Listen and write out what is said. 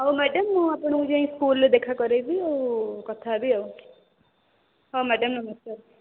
ହେଉ ମ୍ୟାଡ଼ାମ୍ ମୁଁ ଆପଣଙ୍କୁ ଯାଇ ସ୍କୁଲ୍ରେ ଦେଖା କରାଇବି ଆଉ କଥା ହେବି ଆଉ ହଁ ମ୍ୟାଡ଼ାମ୍ ନମସ୍କାର